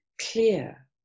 clear